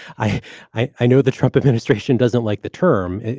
i i i know the trump administration doesn't like the term.